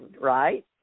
right